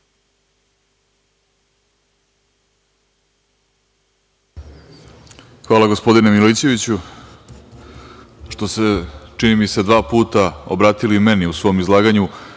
Hvala, gospodine Milićeviću. Pošto ste, čini mi se, dva puta obratili meni u svom izlaganju.